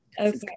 okay